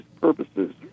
purposes